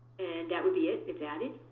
and that would be it, it's added.